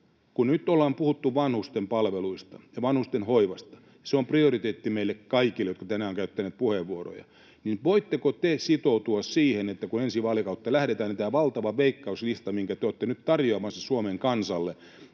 kun nyt ollaan puhuttu vanhustenpalveluista ja vanhustenhoivasta ja se on prioriteetti meille kaikille, jotka ovat tänään käyttäneet puheenvuoroja — ja voitteko te sitoutua siihen, että kun ensi vaalikaudelle lähdetään, niin tämän valtavan leikkauslistan, minkä te olette nyt tarjoamassa Suomen kansalle